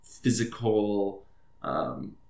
physical